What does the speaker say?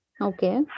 Okay